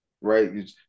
right